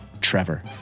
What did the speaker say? Trevor